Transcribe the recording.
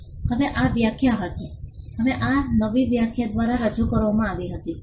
હવે આ વ્યાખ્યા હતી હવે આ નવી વ્યાખ્યા દ્વારા રજૂ કરવામાં આવી હતી